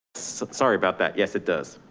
sorry about that. yes, it does.